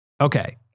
Okay